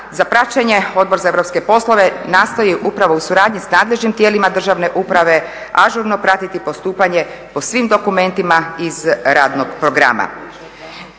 za praćenje, Odbor za europske poslove nastoji upravo u suradnji s nadležnim tijelima državne uprave ažurno pratiti postupanje po svim dokumentima iz radnog programa.